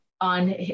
on